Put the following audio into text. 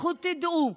לכו תדעו.